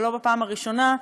ולא בפעם הראשונה,